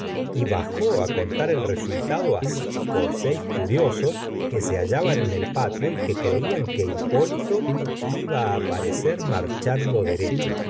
y bajó á contar el resultado á cinco ó seis curiosos que se hallaban en el patio y que e eian que hipólito iba á aparecer marchando derecho